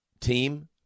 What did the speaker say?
team